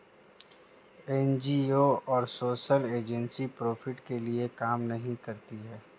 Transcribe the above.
NGO और social agency profit के लिए काम नहीं करती है